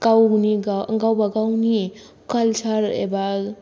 गावबागावनि कालचार एबा